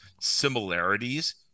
similarities